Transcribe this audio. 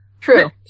True